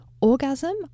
Orgasm